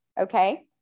okay